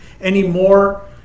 anymore